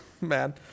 Man